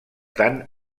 tant